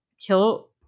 kill